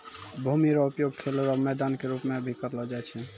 भूमि रो उपयोग खेल रो मैदान के रूप मे भी करलो जाय छै